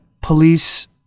police